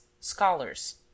scholars